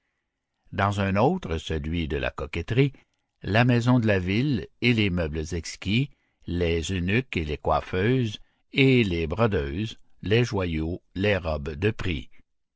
dans un autre celui de la coquetterie la maison de la ville et les meubles exquis les eunuques et les coiffeuses et les brodeuses les joyaux les robes de prix